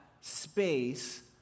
space